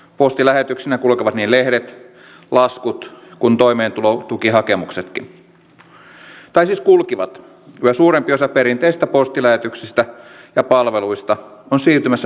postilähetyksinä kulkevat niin lehdet laskut kuin toimeentulotukihakemuksetkin tai siis kulkivat yhä suurempi osa perinteisistä postilähetyksistä ja palveluista on siirtymässä verkkoon